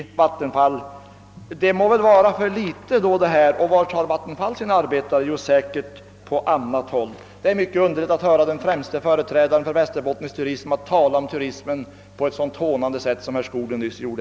Antalet arbetstillfällen skulle alltså bli alltför litet för att ge tillnärmelsevis alla arbetslösa arbete. Dessutom kan man fråga sig var Vattenfall kommer att ta sina arbetare — säkert på annat håll. Det känns mycket underligt att höra den främste företrädaren för västerbottnisk turism tala om turismen på ett så hånfullt sätt som herr Skoglund nyss gjorde.